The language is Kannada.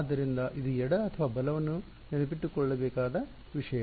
ಆದ್ದರಿಂದ ಇದು ಎಡ ಅಥವಾ ಬಲವನ್ನು ನೆನಪಿನಲ್ಲಿಟ್ಟುಕೊಳ್ಳಬೇಕಾದ ವಿಷಯ